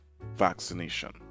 vaccination